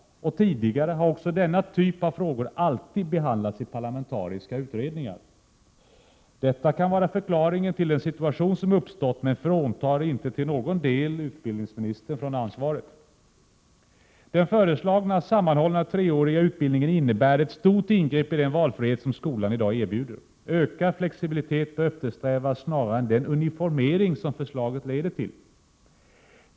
Tidigare har också denna typ av frågor normalt alltid behandlats i parlamentariska utredningar. Detta kan vara förklaringen till den situation som uppstått, men det fråntar inte till någon del utbildningsministern ansvaret. Den föreslagna sammanhållna treåriga utbildningen innebär ett stort ingrepp i den valfrihet som skolan i dag erbjuder. Ökad flexibilitet bör eftersträvas snarare än den uniformering som förslaget leder till.